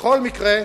בכל מקרה,